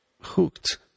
hooked